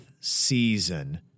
season